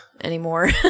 Anymore